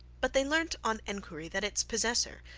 but they learnt, on enquiry, that its possessor,